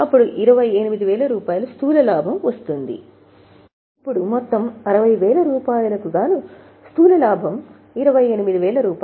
అప్పుడు 28000 స్థూల లాభం వస్తుంది ఇప్పుడు మొత్తం 60000 రూపాయలకు గానూ స్థూల లాభం రూ